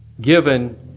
given